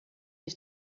ich